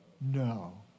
No